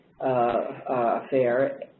affair